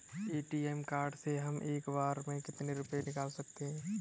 ATM card से हम एक बार में कितने रुपये निकाल सकते हैं?